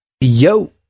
yo